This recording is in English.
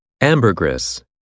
Ambergris